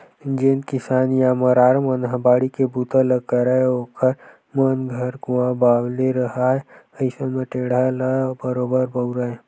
जेन किसान या मरार मन ह बाड़ी के बूता ल करय ओखर मन घर कुँआ बावली रहाय अइसन म टेंड़ा ल बरोबर बउरय